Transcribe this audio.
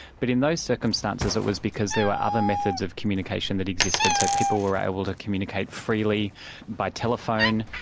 but in those circumstances, it was because there were other methods of communication that existed, so people were able to communicate freely by telephone,